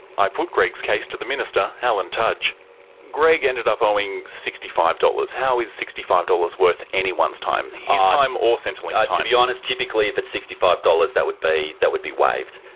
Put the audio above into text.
i put greg's case to the minister, alan tudge greg ended up owing sixty five dollars. how is sixty five dollars worth anyone's time? his time, or centrelink's time? to be honest, typically if it's sixty five dollars that would be that would be waived.